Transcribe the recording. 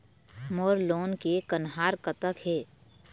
मोर loan के कन्हार कतक हे?